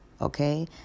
Okay